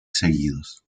seguidos